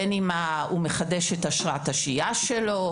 בין אם הוא מחדש את אשרת השהייה שלו,